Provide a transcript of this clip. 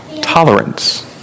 Tolerance